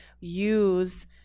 use